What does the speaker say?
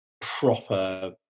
proper